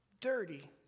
dirty